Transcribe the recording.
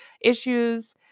issues